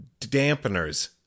dampeners